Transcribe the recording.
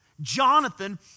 Jonathan